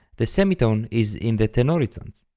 the semitone is in the tenorizans.